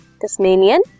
Tasmanian